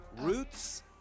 Roots